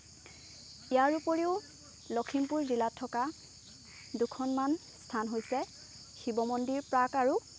ইয়াৰোপৰিও লখিমপুৰ জিলাত থকা দুখনমান স্থান হৈছে শিৱমন্দিৰ পাৰ্ক আৰু